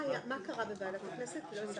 55 מי בעד, מי נגד?